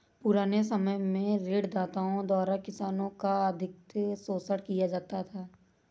पुराने समय में ऋणदाताओं द्वारा किसानों का अत्यधिक शोषण किया जाता था